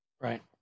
Right